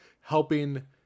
helping